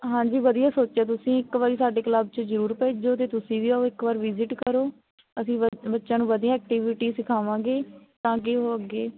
ਹਾਂਜੀ ਵਧੀਆ ਸੋਚਿਆ ਤੁਸੀਂ ਇੱਕ ਵਾਰੀ ਸਾਡੇ ਕਲੱਬ 'ਚ ਜ਼ਰੂਰ ਭੇਜੋ ਅਤੇ ਤੁਸੀਂ ਵੀ ਆਉ ਇੱਕ ਵਾਰ ਵਿਜਿਟ ਕਰੋ ਅਸੀਂ ਬੱਚਿਆਂ ਨੂੰ ਵਧੀਆ ਐਕਟੀਵਿਟੀ ਸਿਖਾਵਾਂਗੇ ਤਾਂ ਕਿ ਉਹ ਅੱਗੇ